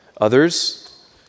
Others